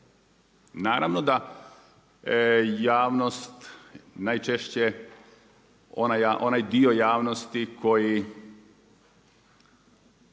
Naravno da javnost najčešće onaj dio javnosti koji